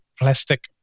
plastic